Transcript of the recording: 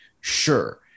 Sure